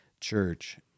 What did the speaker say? church